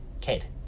kid